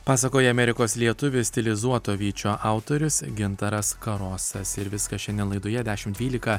pasakoja amerikos lietuvis stilizuoto vyčio autorius gintaras karosas ir viskas šiandien laidoje dešimt dvylika